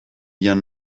jan